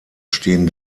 stehen